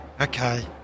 Okay